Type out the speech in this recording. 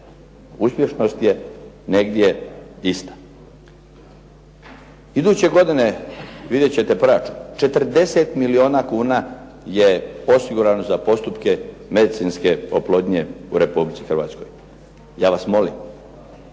Uspješnost je negdje ista. Iduće godine vidjet ćete proračun. 40 milijuna kuna je osigurano za postupke medicinske oplodnje u Republici Hrvatskoj. Ja vam molim